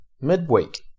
midweek